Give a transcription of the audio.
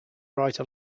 write